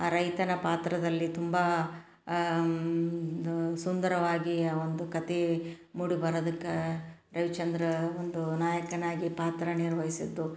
ಆ ರೈತನ ಪಾತ್ರದಲ್ಲಿ ತುಂಬ ಸುಂದರವಾಗಿ ಆ ಒಂದು ಕಥೆ ಮೂಡಿ ಬರೋದಕ್ಕೆ ರವಿಚಂದ್ರನ್ ಒಂದು ನಾಯಕನಾಗಿ ಪಾತ್ರ ನಿರ್ವಹಿಸಿದ್ದು